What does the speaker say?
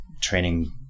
training